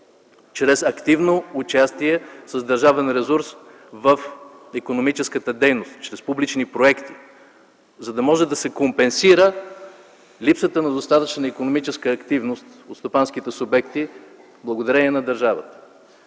чрез активно участие с държавен ресурс в икономическата дейност, чрез публични проекти, за да може да се компенсира липсата на достатъчна икономическа активност от стопанските субекти, благодарение на държавата.